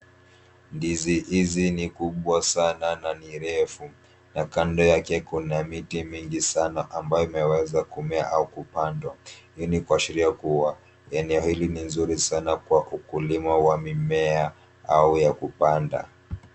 Ndizi hizi ni kubwa sana na ni refu, na kando yake kuna miti mingi sana ambayo imeweza kumea au kupandwa. Hii ni kuashiria kuwa eneo hili ni nzuri sana kwa ukulima wa mimea au ya kupanda.